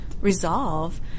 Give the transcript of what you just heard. resolve